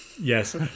Yes